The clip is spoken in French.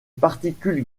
particules